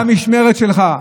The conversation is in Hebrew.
במשמרת שלך.